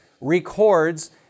records